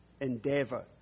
endeavor